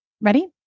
Ready